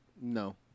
No